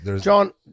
John